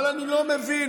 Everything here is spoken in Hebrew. אבל אני לא מבין,